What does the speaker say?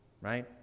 right